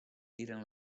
tiren